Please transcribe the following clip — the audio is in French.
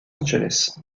angeles